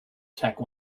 attack